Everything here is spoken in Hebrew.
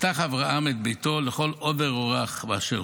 פתח אברהם את ביתו לכל עובר אורח באשר